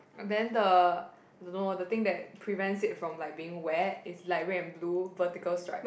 and then the don't know the thing that prevents it from like being wet is like red and blue vertical stripe